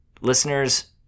Listeners